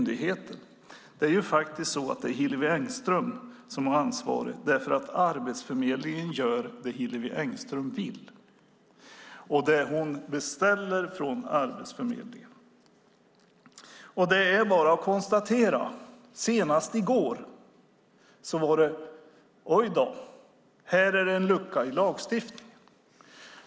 Det är faktiskt Hillevi Engström som har ansvaret, för Arbetsförmedlingen gör det Hillevi Engström vill och beställer från Arbetsförmedlingen. Senast i går sade man: Oj då! Här är det en lucka i lagstiftningen.